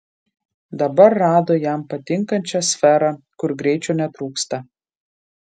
dabar rado jam patinkančią sferą kur greičio netrūksta